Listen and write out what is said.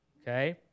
Okay